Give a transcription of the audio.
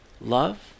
love